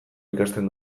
ikasten